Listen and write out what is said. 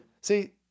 See